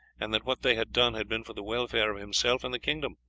and that what they had done had been for the welfare of himself and the kingdom.